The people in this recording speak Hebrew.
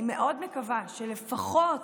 אני מאוד מקווה שלפחות,